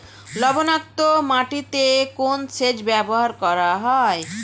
লবণাক্ত মাটিতে কোন সেচ ব্যবহার করা হয়?